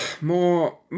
more